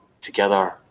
together